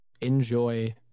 Enjoy